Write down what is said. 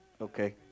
Okay